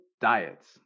diets